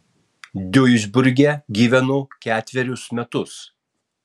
duisburge gyvenu ketvirtus metus